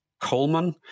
Coleman